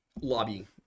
lobby